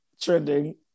Trending